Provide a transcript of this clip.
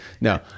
No